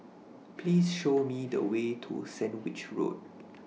Please Show Me The Way to Sandwich Road